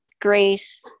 grace